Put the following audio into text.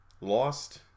lost